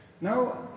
Now